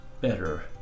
better